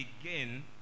again